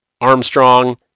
Armstrong